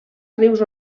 rius